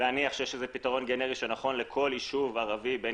להניח שיש פתרון גנרי שנכון לכל ישוב ערבי בין